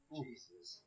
Jesus